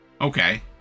Okay